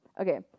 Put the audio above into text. okay